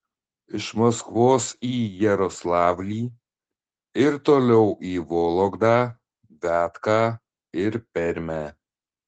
iš maskvos į jaroslavlį ir toliau į vologdą viatką ir permę